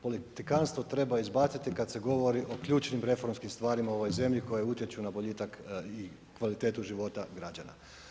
Politikantstvo treba izbaciti kada se govori o ključnim reformskim stvarima u ovoj zemlji koje utječu na boljitak i kvalitetu života građana.